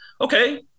okay